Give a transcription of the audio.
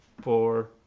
Four